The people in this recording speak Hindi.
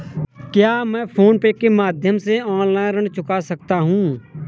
क्या मैं फोन पे के माध्यम से ऑनलाइन ऋण चुका सकता हूँ?